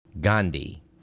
Gandhi